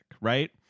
right